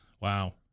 Wow